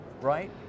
Right